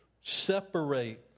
separate